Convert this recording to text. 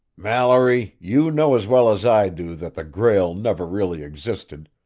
mallory, you know as well as i do that the grail never really existed,